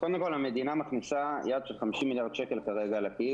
קודם כל המדינה מכניסה יד של 50 מיליארד שקל לכיס,